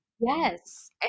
yes